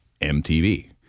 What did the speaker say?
MTV